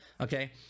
Okay